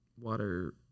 water